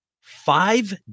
five